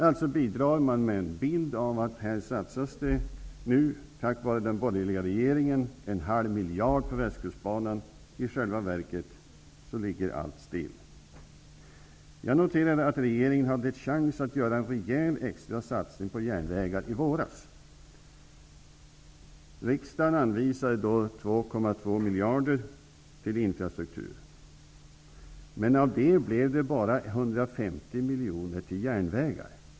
Alltså bidrar han till att skapa en bild av att det är tack vare den borgerliga regeringen som det nu satsas en halv miljard på västkustbanan. I själva verket ligger allt still. Regeringen hade i våras en chans att göra en rejäl extra satsning på järnvägar. Riksdagen anvisade då 2,2 miljarder till infrastruktur, men av det gick bara 150 miljoner till järnvägar.